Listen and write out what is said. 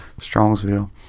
Strongsville